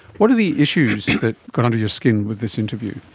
what are the issues that got under your skin with this interview?